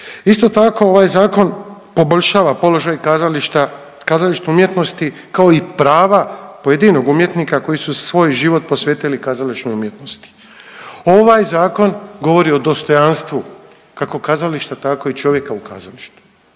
Isto tako ovaj zakon poboljšava položaj kazališta, kazalište umjetnosti, kao i prava pojedinog umjetnika koji su svoj život posvetili kazališnoj umjetnosti. Ovaj zakon govori o dostojanstvu kako kazališta tako i čovjeka u kazalištu,